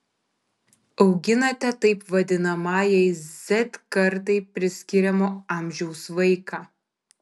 auginate taip vadinamajai z kartai priskiriamo amžiaus vaiką